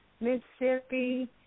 Mississippi